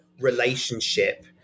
relationship